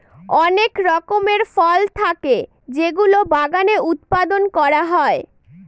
অনেক রকমের ফল থাকে যেগুলো বাগানে উৎপাদন করা হয়